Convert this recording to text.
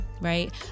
right